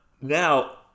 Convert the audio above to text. now